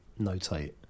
notate